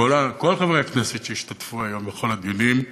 וכל חברי הכנסת שהשתתפו היום בכל הדיונים: